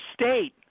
state